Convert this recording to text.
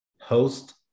host